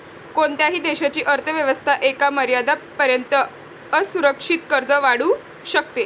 कोणत्याही देशाची अर्थ व्यवस्था एका मर्यादेपर्यंतच असुरक्षित कर्ज वाढवू शकते